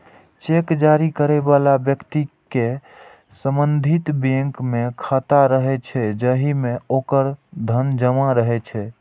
cheque जारी करै बला व्यक्ति के संबंधित बैंक मे खाता रहै छै, जाहि मे ओकर धन जमा रहै छै